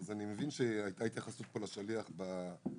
אני מבין שהייתה פה התייחסות לשליח בהגדרות,